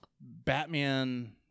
Batman